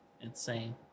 insane